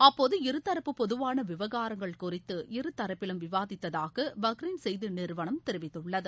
அப்போது இருதரப்பு பொதுவான விவகாரங்கள் குறித்து இருதரப்பிலும் விவாதித்ததாக பஹ்ரைன் செய்தி நிறுவனம் தெரிவித்துள்ளது